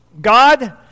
God